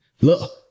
Look